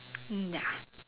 mm ya